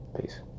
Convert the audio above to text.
Peace